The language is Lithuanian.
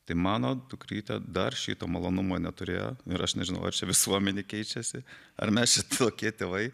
tai mano dukrytė dar šito malonumo neturėjo ir aš nežinau ar čia visuomenė keičiasi ar mes čia tokie tėvai